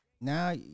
now